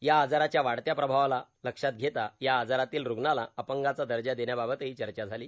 या आजाराच्या वाढत्या प्रभावाला लक्षात घेता या आजारातील रुग्णाला अपंगाचा दर्जा देण्याबाबतही चर्चा झाली